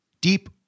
deep